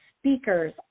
speakers